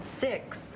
six